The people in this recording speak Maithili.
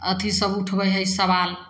अथी सब उठबै हइ सवाल